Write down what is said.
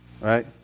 right